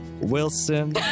Wilson